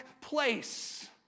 place